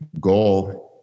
goal